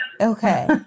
Okay